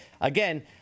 Again